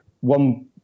one